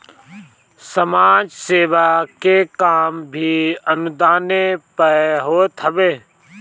समाज सेवा के काम भी अनुदाने पअ होत हवे